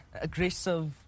aggressive